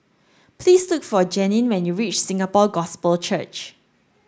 please look for Janine when you reach Singapore Gospel Church